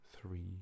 three